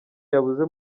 yabuze